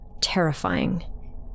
terrifying